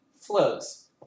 flows